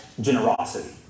generosity